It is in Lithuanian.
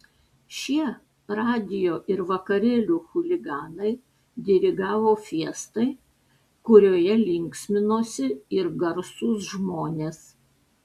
šie radijo ir vakarėlių chuliganai dirigavo fiestai kurioje linksminosi ir garsūs žmonės